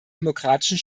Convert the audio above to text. demokratischen